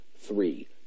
three